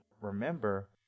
remember